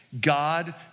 God